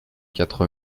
quatre